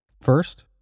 First